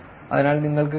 അതിനാൽ നിങ്ങൾക്ക് കഴിയും